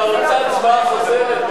מה זה, אתה רוצה הצבעה חוזרת?